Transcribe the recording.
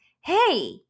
hey